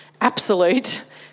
absolute